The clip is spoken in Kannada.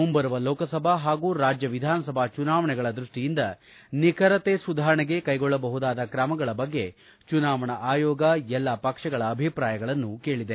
ಮುಂಬರುವ ಲೋಕಸಭಾ ಹಾಗೂ ರಾಜ್ಯ ವಿಧಾನಸಭಾ ಚುನಾವಣೆಗಳ ದ್ವಷ್ಷಿಯಿಂದ ನಿಖರತೆ ಸುಧಾರಣೆಗೆ ಕೈಗೊಳ್ಳಬಹುದಾದ ಕ್ರಮಗಳ ಬಗ್ಗೆ ಚುನಾವಣಾ ಆಯೋಗ ಎಲ್ಲಾ ಪಕ್ಷಗಳ ಅಭಿಪ್ರಾಯಗಳನ್ನು ಕೇಳಿದೆ